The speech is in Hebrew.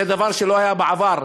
זה דבר שלא היה בעבר.